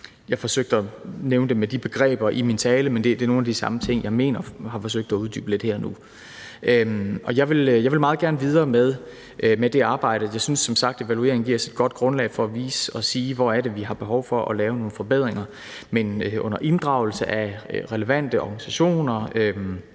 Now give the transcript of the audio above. Jeg forsøgte at nævne det med de begreber i min tale, men det er nogle af de samme ting, jeg mener, og som jeg har forsøgt at uddybe lidt her nu. Jeg vil meget gerne videre med det arbejde. Jeg synes som sagt, at evalueringen giver os et godt grundlag for at vise og sige, hvor det er, vi har behov for at lave nogle forbedringer. Under inddragelse af relevante organisationer,